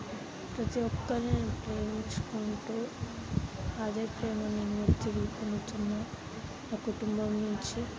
ప్రతి ఒక్కరిని నేను ప్రేమించుకుంటూ అదే ప్రేమని నేను తిరిగి నేనుపొందుతున్నాను నా కుటుంబం నుంచి